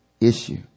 issue